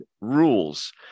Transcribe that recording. rules